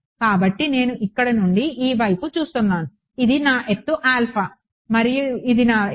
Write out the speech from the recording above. కాబట్టి నేను ఇక్కడ నుండి ఈ వైపు చూస్తున్నాను ఇది నా ఎత్తు మరియు ఇది నా ఎత్తు